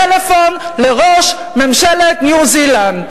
טלפון לראש ממשלת ניו-זילנד.